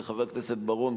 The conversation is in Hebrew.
חבר הכנסת בר-און,